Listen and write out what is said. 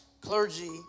clergy